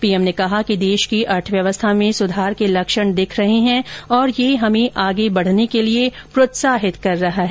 PM ने कहा कि देश की अर्थव्यवस्था में सुधार के लक्षण दिख रहे हैं और यह हमें आगे बढने के लिए यह प्रोत्साहित कर रहा है